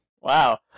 Wow